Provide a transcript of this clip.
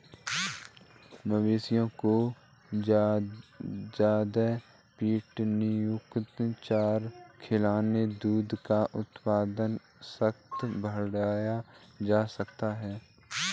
मवेशियों को ज्यादा प्रोटीनयुक्त चारा खिलाकर दूध का उत्पादन स्तर बढ़ाया जा सकता है